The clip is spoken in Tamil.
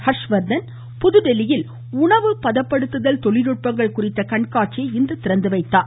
ஹர்ஷ்வர்தன் புதுதில்லியில் உணவுப் பதப்படுத்துதல் தொழில்நுட்பங்கள் குறித்த கண்காட்சியை இன்று திறந்து வைத்தார்